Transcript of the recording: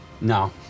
No